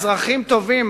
אזרחים טובים,